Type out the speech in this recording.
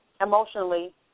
emotionally